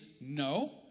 no